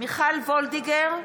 מיכל וולדיגר,